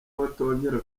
batongera